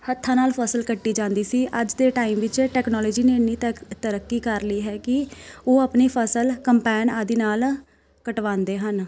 ਹੱਥਾਂ ਨਾਲ ਫਸਲ ਕੱਟੀ ਜਾਂਦੀ ਸੀ ਅੱਜ ਦੇ ਟਾਈਮ ਵਿੱਚ ਟੈਕਨੋਲਜੀ ਨੇ ਇੰਨੀ ਤਰ ਤਰੱਕੀ ਕਰ ਲਈ ਹੈ ਕਿ ਉਹ ਆਪਣੀ ਫਸਲ ਕੰਪੈਨ ਆਦਿ ਨਾਲ ਕਟਵਾਉਂਦੇ ਹਨ